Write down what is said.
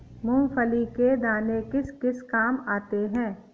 मूंगफली के दाने किस किस काम आते हैं?